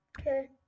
Okay